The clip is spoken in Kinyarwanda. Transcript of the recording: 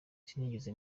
sinigeze